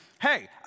hey